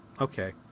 okay